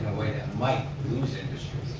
way that might lose industry,